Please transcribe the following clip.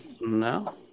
No